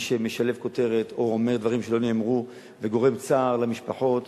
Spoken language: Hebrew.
מי שמשלב כותרת או אומר דברים שלא נאמרו וגורם צער למשפחות,